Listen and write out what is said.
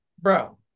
bro